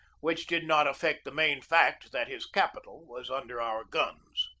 which did not affect the main fact, that his capital was under our guns.